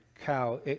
cow